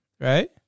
right